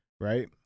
right